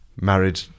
married